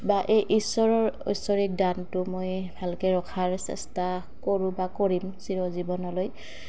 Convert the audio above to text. বা এই ঈশ্বৰৰ ঐশ্বৰিক দানটো মই ভালকৈ ৰখাৰ চেষ্টা কৰোঁ বা কৰিম চিৰজীৱনলৈ